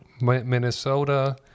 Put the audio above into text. Minnesota